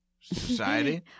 society